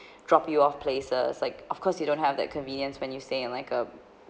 drop you off places like of course you don't have that convenience when you stay in like a